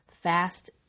Fast